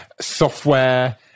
software